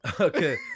okay